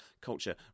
culture